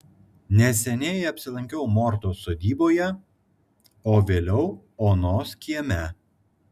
neseniai apsilankiau mortos sodyboje o vėliau onos kieme